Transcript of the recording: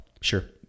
Sure